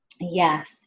Yes